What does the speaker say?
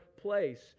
place